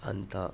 अन्त